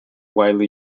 widely